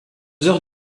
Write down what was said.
heures